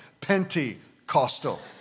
Pentecostal